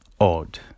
Odd